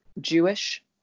Jewish